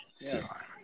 yes